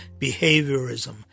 behaviorism